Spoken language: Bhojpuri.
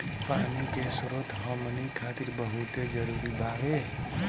पानी के स्रोत हमनी खातीर बहुत जरूरी बावे